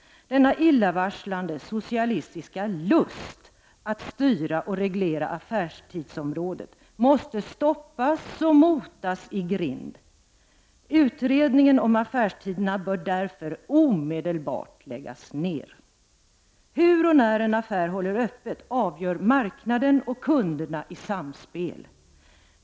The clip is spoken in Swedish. Denna illavarslande socialistiska lust att styra och reglera affärstidsområdet måste stoppas och motas i grind. Utredningen om affärstiderna bör därför omedelbart läggas ned. Hur och när en affär håller öppet avgör marknaden och kunderna i samspel.